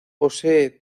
posee